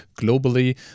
globally